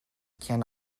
can